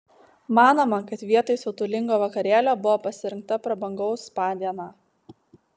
manoma kad vietoj siautulingo vakarėlio buvo pasirinkta prabangaus spa diena